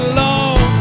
long